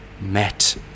met